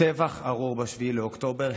טבח ארור ב-7 באוקטובר,